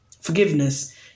forgiveness